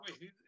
wait